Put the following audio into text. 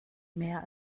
mehr